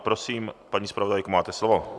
Prosím, paní zpravodajko, máte slovo.